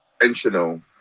intentional